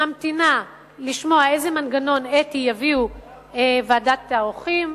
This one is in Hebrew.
ממתינה לשמוע איזה מנגנון אתי תביא ועדת העורכים,